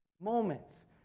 moments